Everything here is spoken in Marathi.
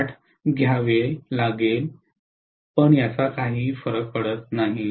8 घ्यावे काही फरक पडत नाही